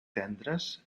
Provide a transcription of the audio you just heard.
tendres